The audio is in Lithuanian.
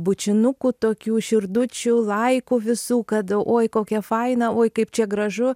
bučinukų tokių širdučių laikų visų kad oi kokia faina oi kaip čia gražu